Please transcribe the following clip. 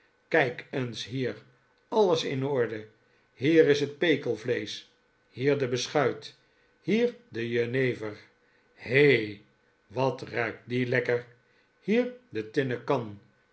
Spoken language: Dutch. kijk nu eens hier aues in orde hier is het pekelvleesch hier de beschuit hier de jenever he wat ruikt die lekkerl hier de tinnen kan